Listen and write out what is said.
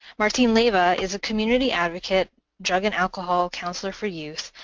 martin leva is a community advocate, drug and alcohol counselor for youth,